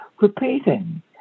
repeating